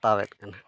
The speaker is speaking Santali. ᱦᱟᱛᱟᱣᱮᱫ ᱠᱟᱱᱟ